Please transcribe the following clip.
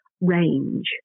range